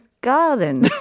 garden